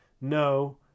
No